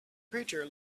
preacher